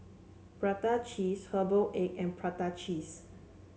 Prata Cheese Herbal Egg and Prata Cheese